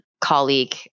colleague